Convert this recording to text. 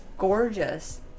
gorgeous